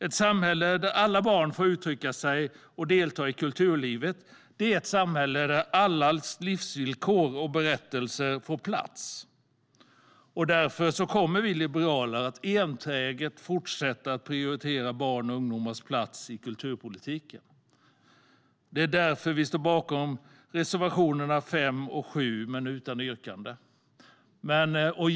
Ett samhälle där alla barn får uttrycka sig och delta i kulturlivet är ett samhälle där allas livsvillkor och berättelser får plats. Därför kommer vi liberaler enträget att fortsätta att prioritera barns och ungdomars plats i kulturpolitiken. Därför står jag bakom reservationerna 5 och 7 även om jag inte yrkar bifall till dem.